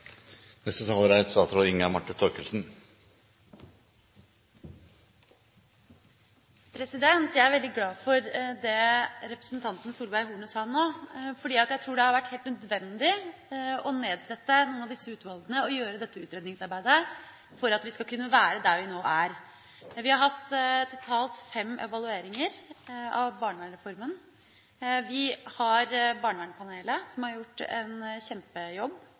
er veldig glad for det representanten Solveig Horne nå sa. Jeg tror det har vært helt nødvendig å nedsette noen av disse utvalgene og gjøre dette utredningsarbeidet for å være der vi nå er. Vi har totalt hatt fem evalueringer av barnevernsreformen. Vi har hatt Barnevernpanelet, som har gjort en kjempejobb,